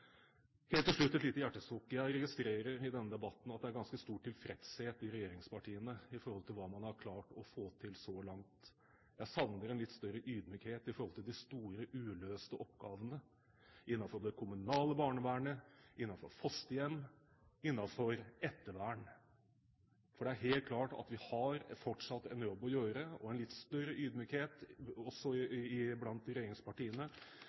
Helt til slutt et lite hjertesukk: Jeg registrerer at det i denne debatten er ganske stor tilfredshet i regjeringspartiene med tanke på hva man har klart å få til så langt. Jeg savner en litt større ydmykhet i forhold til de store, uløste oppgavene innenfor det kommunale barnevernet, innenfor fosterhjem, innenfor ettervern. For det er helt klart at vi fortsatt har en jobb å gjøre, og i denne debatten etterlyser jeg en litt større ydmykhet, også blant regjeringspartiene.